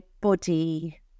body